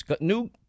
new